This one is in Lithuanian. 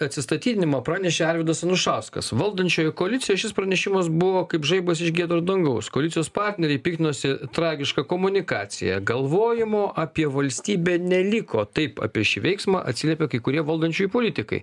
atsistatydinimą pranešė arvydas anušauskas valdančiųjų koalicijoj šis pranešimas buvo kaip žaibas iš giedro dangaus koalicijos partneriai piktinosi tragiška komunikacija galvojimo apie valstybę neliko taip apie šį veiksmą atsiliepė kai kurie valdančiųjų politikai